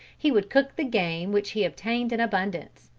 he would cook the game which he obtained in abundance,